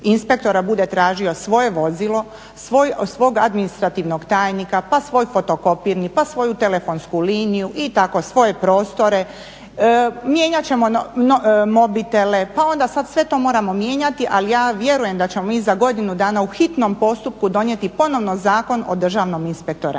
inspektora bude tražio svoje vozilo, svog administrativnog tajnika pa svoj fotokopirni pa svoju telefonsku liniju i tako svoje prostore. Mijenjat ćemo mobitele pa onda sad sve to moramo mijenjati. Ali ja vjerujem da ćemo mi za godinu dana u hitnom postupku donijeti ponovno Zakon o Državnom inspektoratu.